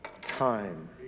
time